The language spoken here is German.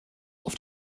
auf